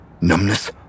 Numbness